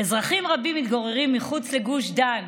אזרחים רבים מתגוררים מחוץ לגוש דן,